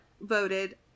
voted